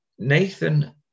Nathan